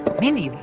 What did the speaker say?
mindy,